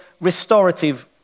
restorative